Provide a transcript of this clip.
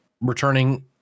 returning